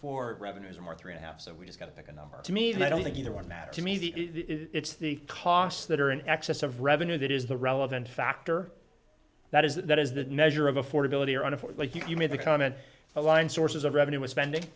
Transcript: for revenues more three and half so we just got to pick a number to me and i don't think either one matter to me it's the costs that are in excess of revenue that is the relevant factor that is that that is the measure of affordability or on a like you made the comment a line sources of revenue and spending